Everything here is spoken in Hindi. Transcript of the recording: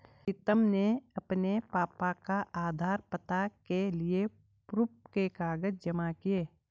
प्रीतम ने अपने पापा का आधार, पता के लिए प्रूफ के कागज जमा किए